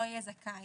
לא יהיה זכאי.